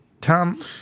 Tom